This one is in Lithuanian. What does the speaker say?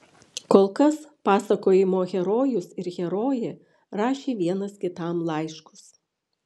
kol kas pasakojimo herojus ir herojė rašė vienas kitam laiškus